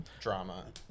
drama